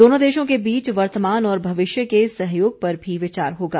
दोनों देशों के बीच वर्तमान और भविष्य के सहयोग पर भी विचार होगा